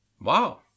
Wow